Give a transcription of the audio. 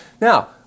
Now